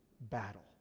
battle